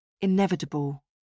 Inevitable